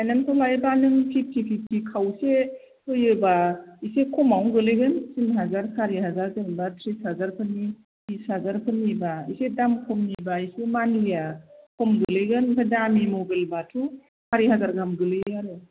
फाइनासआव लायोब्ला नों फिभटि फिभटि खावसे होयोब्ला एसे खमावनो गोलैगोन तिन हाजार सारि हाजार जेनेबा त्रिस हाजारफोरनि बिस हाजारफोरनिब्ला एसे दाम खमनि बा एसे मान्थलिआ खम गोलैगोन आमफ्राय दामि मबाइल बाथ' सारि हाजार गाहाम गोलैयो आरो